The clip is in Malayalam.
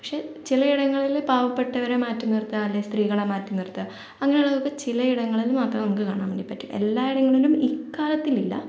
പക്ഷേ ചിലയിടങ്ങളിൽ പാവപ്പെട്ടവരെ മാറ്റി നിർത്താൻ അല്ലേ സ്ത്രീകളെ മാറ്റി നിർത്താൻ അങ്ങനെയുളളതൊക്കെ ചിലയിടങ്ങളിൽ മാത്രം നമുക്ക് കാണാൻ വേണ്ടി പറ്റും എല്ലാ ഇടങ്ങളിലും ഇക്കാലത്തിലില്ല